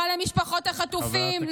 רע למשפחות החטופים,